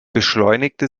beschleunigte